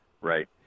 Right